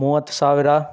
ಮೂವತ್ತು ಸಾವಿರ